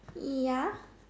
ya